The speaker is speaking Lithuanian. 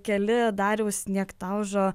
keli dariaus niektaužo